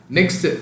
Next